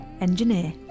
engineer